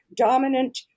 dominant